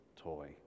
toy